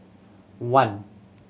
one